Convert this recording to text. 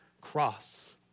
cross